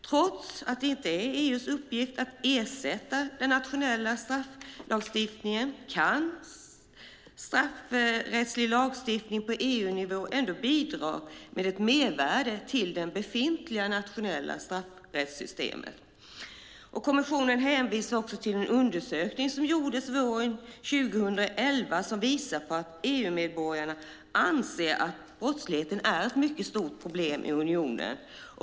Trots att det inte är EU:s uppgift att ersätta den nationella strafflagstiftningen kan straffrättslig lagstiftning på EU-nivå ändå bidra med ett mervärde till det befintliga, nationella straffrättssystemet. Kommissionen hänvisar också till en undersökning som gjordes våren 2011 som visar att EU-medborgarna anser att brottsligheten är ett mycket stort problem i unionen.